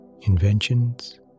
inventions